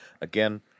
again